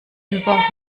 über